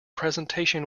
presentation